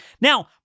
Now